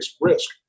risk